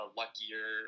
luckier